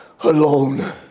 alone